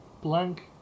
Blank